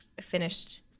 finished